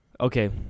Okay